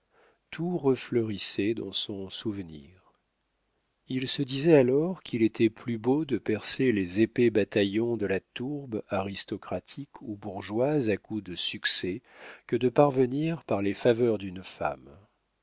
tout refleurissait dans son souvenir il se disait alors qu'il était plus beau de percer les épais bataillons de la tourbe aristocratique ou bourgeoise à coups de succès que de parvenir par les faveurs d'une femme